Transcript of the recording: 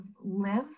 live